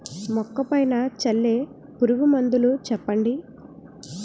మొక్క పైన చల్లే పురుగు మందులు చెప్పండి?